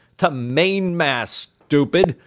the mainmast, stupid,